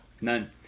None